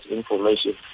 information